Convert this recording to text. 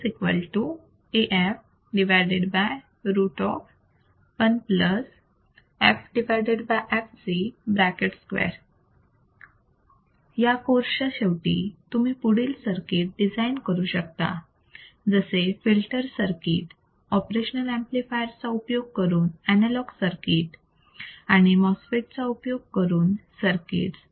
या कोर्सच्या शेवटी तुम्ही पुढील सर्किट्स डिझाईन करू शकता जसे फिल्टर सर्किटस ऑपरेशनल ऍम्प्लिफायर चा उपयोग करून अनलॉग सर्किट्स आणि मोस्फेटचा उपयोग करून सर्किट्स